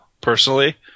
personally